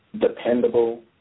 Dependable